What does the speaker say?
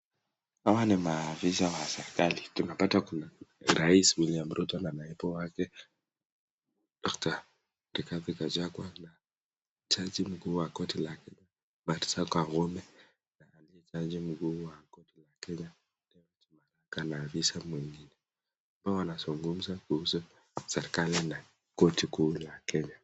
Hawa ni maafisa wa serikali. Tunapata kuna Rais William Ruto na naibu wake Dr. Rigathi Gachagua na Jaji Mkuu wa koti la Kenya Martha Koome na aliyekuwa jaji mkuu wa koti la Kenya David Maraga na maafisa wengine. Hapa wanazungumzia kuhusu serikali na koti kuu la Kenya.